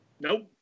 Nope